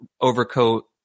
overcoat